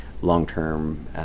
long-term